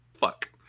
Fuck